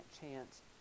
chance